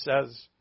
says